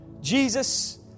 Jesus